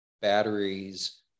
batteries